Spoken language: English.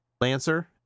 Lancer